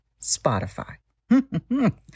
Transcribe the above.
Spotify